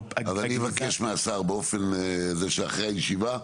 אז אני אבקש מהשר שאחרי הישיבה,